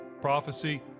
prophecy